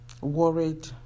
worried